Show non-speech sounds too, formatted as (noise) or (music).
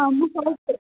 (unintelligible)